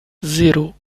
zero